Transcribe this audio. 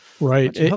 right